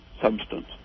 substance